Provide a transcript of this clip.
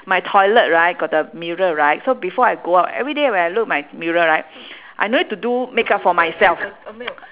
my toilet right got the mirror right so before I go out everyday when I look my mirror right I don't need to do makeup for myself